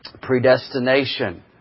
predestination